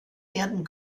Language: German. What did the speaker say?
werden